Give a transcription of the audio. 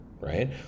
right